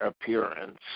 appearance